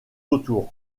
autour